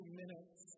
minutes